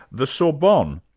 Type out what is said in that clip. the sorbonne.